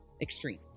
extreme